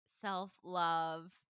self-love